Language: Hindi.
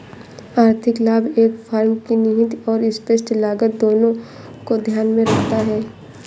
आर्थिक लाभ एक फर्म की निहित और स्पष्ट लागत दोनों को ध्यान में रखता है